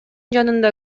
жанында